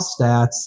stats